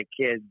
kids